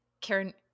Karen